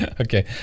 Okay